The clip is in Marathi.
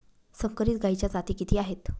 संकरित गायीच्या जाती किती आहेत?